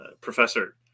professor